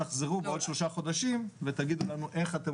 תחזרו בעוד שלושה חודשים ותגידו לנו איך אתם